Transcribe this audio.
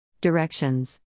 Directions